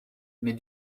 mais